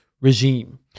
regime